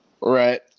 Right